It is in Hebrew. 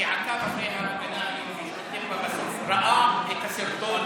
שעקב אחרי ההפגנה היום והשתתף בה בסוף ראה את הסרטון